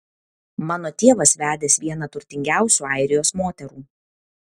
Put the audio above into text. mano tėvas vedęs vieną turtingiausių airijos moterų